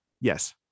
Yes